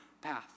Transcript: path